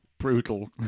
Brutal